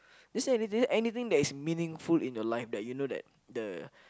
just say anything that is meaningful in your life that you know that the